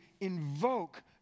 invoke